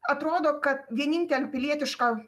atrodo kad vienintelė pilietiška